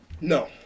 No